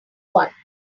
one